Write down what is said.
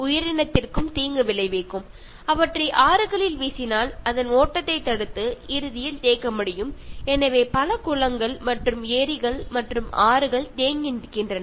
ആറുകളിലും കുളങ്ങളിലും ഇട്ടുകഴിഞ്ഞാൽ വെള്ളം ഒഴുകുന്നത് തടഞ്ഞു വെക്കുകയും അതിനാൽ ഇതൊക്കെ ഒഴുകിപ്പോകാതെ ചില സ്ഥലങ്ങളിൽ അടിഞ്ഞുകൂടി കിടക്കുകയും ചെയ്യുന്നു